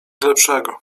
lepszego